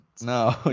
No